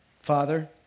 Father